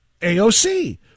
AOC